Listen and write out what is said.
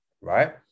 right